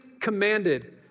commanded